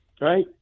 right